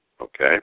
Okay